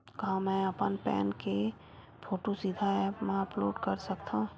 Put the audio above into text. का मैं अपन पैन के फोटू सीधा ऐप मा अपलोड कर सकथव?